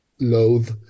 loathe